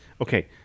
Okay